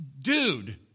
Dude